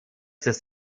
des